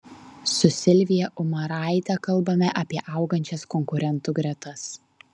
su silvija umaraite kalbame apie augančias konkurentų gretas